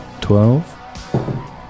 Twelve